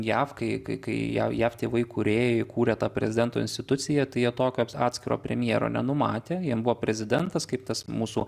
jav kai kai jav jav tėvai kūrėjai įkūrė tą prezidento instituciją tai jie tokio atskiro premjero nenumatė jiem buvo prezidentas kaip tas mūsų